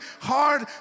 hard